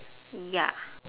ya